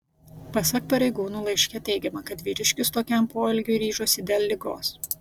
pasak pareigūnų laiške teigiama kad vyriškis tokiam poelgiui ryžosi dėl ligos